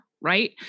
right